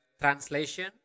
translation